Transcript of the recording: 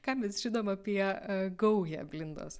ką mes žinom apie gaują blindos